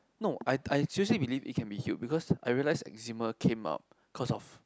no I I seriously believe it can be healed because I realized eczema came out cause of